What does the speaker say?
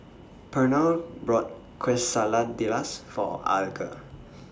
Pernell bought Quesadillas For Alger